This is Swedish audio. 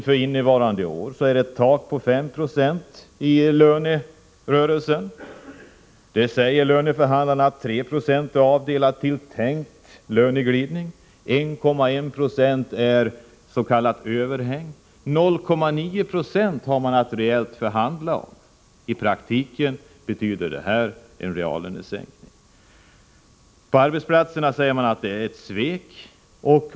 För innevarande år är taket 5 20 i lönerörelsen. Löneförhandlarna säger att 3 20 är avdelade till tänkt löneglidning, 1,1 90 är s.k. överhäng. 0,9 20 har man att reellt förhandla om. I praktiken betyder detta en reallönesänkning. På arbetsplatserna säger man att det är ett svek.